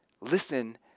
listen